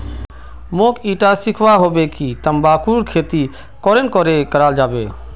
मोक ईटा सीखवा हबे कि तंबाकूर खेती केरन करें कराल जाबे